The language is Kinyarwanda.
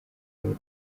murwa